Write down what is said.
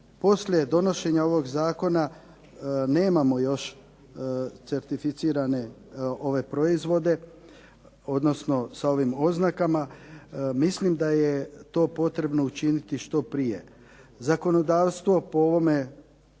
poslije donošenja ovog zakona nemamo još certificirane ove proizvode, odnosno sa ovim oznakama. Mislim da je to potrebno učiniti što prije. Zakonodavstvo po ovome